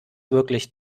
wirklich